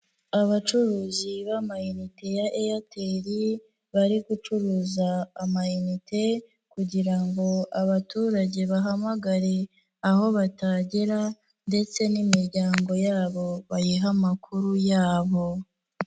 abacuruzi b'ama inite ya Airtel, bari gucuruza ama inite kugira ngo abaturage bahamagare aho batagera ndetse n'imiryango yabo bayiha amakuru yabo.